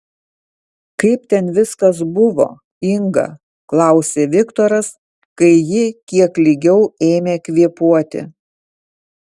kaip ten viskas buvo inga klausė viktoras kai ji kiek lygiau ėmė kvėpuoti